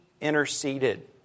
interceded